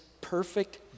perfect